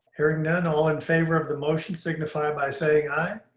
hearing none, all in favor of the motion signify by saying aye.